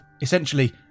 Essentially